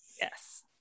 Yes